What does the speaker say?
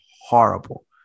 horrible